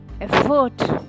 effort